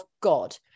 God